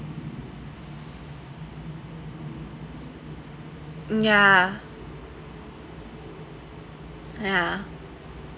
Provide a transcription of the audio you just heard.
yeah yeah